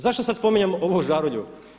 Zašto sada spominjem ovu žarulju?